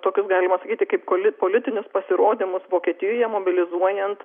tokius galima sakyti kaip polit politinius pasirodymus vokietijoje mobilizuojant